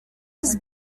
his